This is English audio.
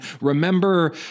remember